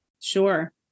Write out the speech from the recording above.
Sure